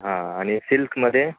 हां आणि सिल्कमध्ये